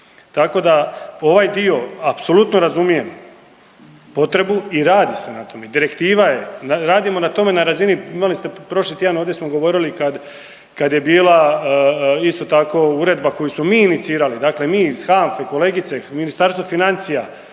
Tako da ovaj dio apsolutno razumijem potrebu i radi se na tome, direktiva je da radimo na tome na razini imali ste prošli tjedan ovdje smo govorili kad je bila isto tako uredba koju smo mi inicirali, dakle mi iz HANFA-e, kolegice, Ministarstvo financija